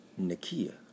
Nakia